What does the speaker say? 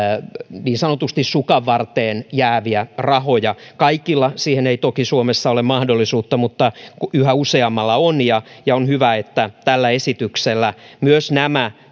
niin sanotusti sukanvarteen jääviä rahoja kaikilla siihen ei toki suomessa ole mahdollisuutta mutta yhä useammalla on ja ja on hyvä että tällä esityksellä nämä